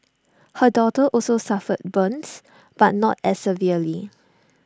her daughter also suffered burns but not as severely